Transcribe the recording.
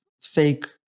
fake